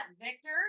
Victor